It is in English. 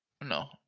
No